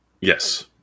Yes